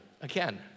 Again